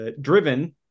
driven